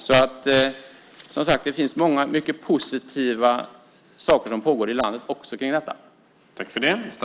Det finns, som sagt, också mycket positiva saker som pågår i landet kring detta.